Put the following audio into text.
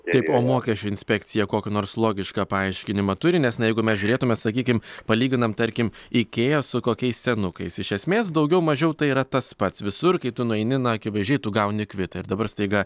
taip o mokesčių inspekcija kokį nors logišką paaiškinimą turi nes na jeigu mes žiūrėtumėme sakykim palyginam tarkim ikea su kokiais senukais iš esmės daugiau mažiau tai yra tas pats visur kai tu nueini na akivaizdžiai tu gauni kvitą ir dabar staiga